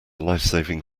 lifesaving